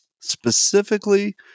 specifically